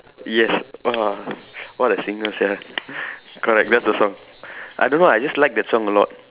yes uh what a singer sia correct that's the song I don't know I just like that song a lot